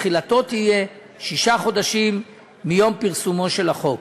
תחילתו תהיה שישה חודשים מיום פרסומו של החוק.